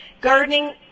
gardening